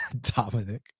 dominic